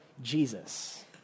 Jesus